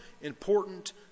important